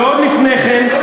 ועוד לפני כן,